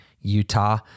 Utah